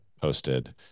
posted